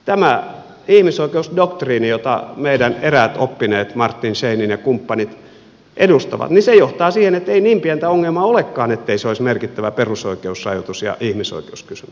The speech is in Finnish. tämä ihmisoikeusdoktriini jota meidän eräät oppineet martin scheinin ja kumppanit edustavat johtaa siihen että ei niin pientä ongelmaa olekaan ettei se olisi merkittävä perusoikeusrajoitus ja ihmisoikeuskysymys